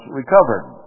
recovered